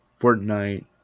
Fortnite